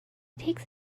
takes